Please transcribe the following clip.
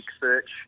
search